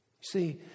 See